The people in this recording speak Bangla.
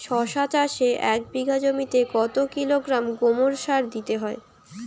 শশা চাষে এক বিঘে জমিতে কত কিলোগ্রাম গোমোর সার দিতে হয়?